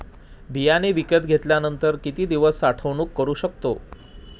बियाणे विकत घेतल्यानंतर किती दिवस साठवणूक करू शकतो?